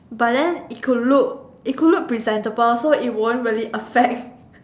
but then it could look it could look presentable so it won't really affect